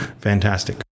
fantastic